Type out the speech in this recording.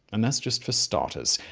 and that's just for starters.